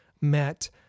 met